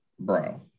Bro